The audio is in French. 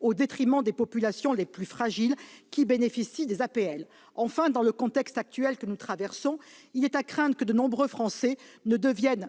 au détriment des populations les plus fragiles qui bénéficient des APL ; enfin, que, dans le contexte actuel où il est malheureusement à craindre que de nombreux Français ne deviennent